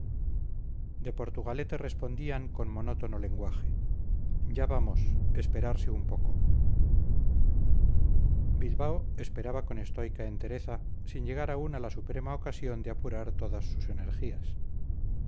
de portugalete respondían con monótono lenguaje ya vamos esperarse un poco bilbao esperaba con estoica entereza sin llegar aún a la suprema ocasión de apurar todas sus energías